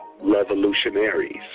revolutionaries